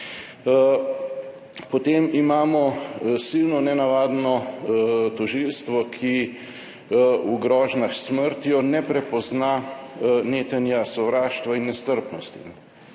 Potem imamo silno nenavadno tožilstvo, ki v grožnjah s smrtjo ne prepozna netenja sovraštva in nestrpnosti,